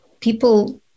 people